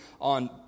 on